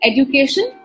Education